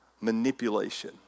manipulation